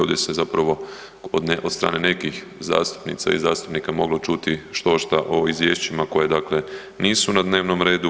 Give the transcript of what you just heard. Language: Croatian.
Ovdje se zapravo od strane nekih zastupnica i zastupnika moglo čuti štošta o izvješćima koja dakle nisu na dnevnom redu.